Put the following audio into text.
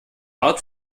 art